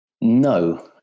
no